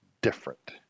different